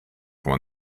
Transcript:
when